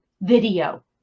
video